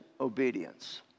Obedience